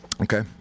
Okay